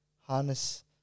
Harness